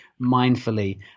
mindfully